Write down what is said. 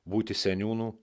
būti seniūnu